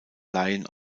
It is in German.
laien